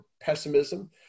pessimism